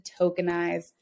tokenize